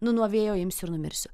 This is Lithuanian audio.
nu nuo vėjo imsiu ir numirsiu